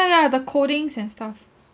ya ya the codings and stuff